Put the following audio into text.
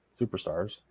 Superstars